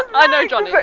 i know johnny.